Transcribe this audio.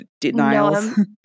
denials